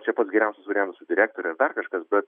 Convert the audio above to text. čia pats geriausias variantas su direktore ar dar kažkas bet